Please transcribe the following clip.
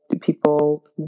people